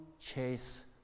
chase